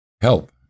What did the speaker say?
help